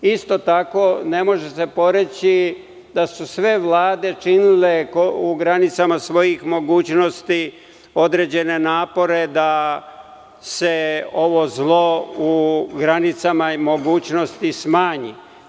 Isto tako, ne može se poreći da su sve vlade činile u granicama svojih mogućnosti određene napore da se ovo zlo u granicama i mogućnosti smanji.